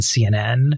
CNN